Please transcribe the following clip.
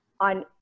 on